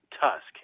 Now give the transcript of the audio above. Tusk